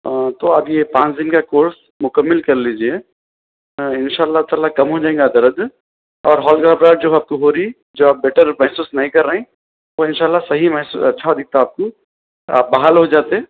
تو اب یہ پانچ دن کا کورس مکمل کر لیجئے ان شاء اللہ تعالیٰ کم ہو جائیں گا درد اور ہول گھبراہٹ جو آپ کو ہو رہی ہے جو اب بیٹر محسوس نہیں کر رہے ہیں وہ ان شاء اللہ صحیح محسو اچھا دکھتا آپ کو آپ بحال ہو جاتے